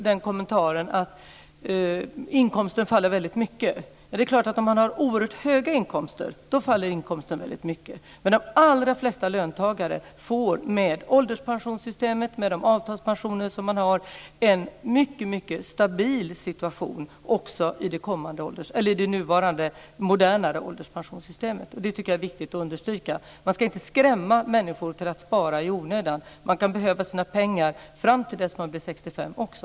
Det sades att inkomsten faller väldigt mycket. Det är klart att om man har oerhört höga inkomster faller inkomsten väldigt mycket. Men de allra flesta löntagare får med ålderspensionssystemet och de avtalspensioner som de har en mycket stabil situation också i det nuvarande modernare ålderspensionssystemet. Det tycker jag är viktigt att understryka. Man ska inte skrämma människor till att spara i onödan. Man kan behöva sina pengar fram till dess man blir 65 år också.